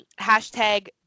Hashtag